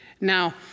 Now